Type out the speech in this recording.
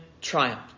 triumphed